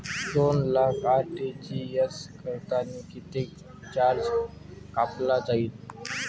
दोन लाख आर.टी.जी.एस करतांनी कितीक चार्ज कापला जाईन?